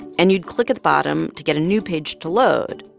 and you'd click at the bottom to get a new page to load.